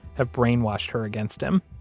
have brainwashed her against him.